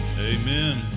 Amen